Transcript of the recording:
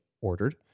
ordered